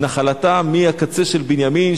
נחלתם מהקצה של בנימין,